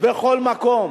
בכל מקום,